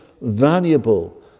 valuable